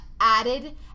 added